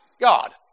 God